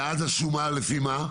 ואז השומה לפי מה?